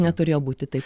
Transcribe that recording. neturėjo būti taip